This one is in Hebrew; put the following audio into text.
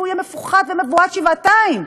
ומפוחד ומבועת שבעתיים.